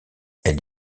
elle